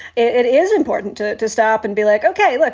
it is important to to stop and be like, ok, like